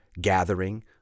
gathering